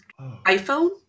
iPhone